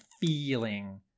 feeling